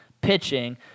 pitching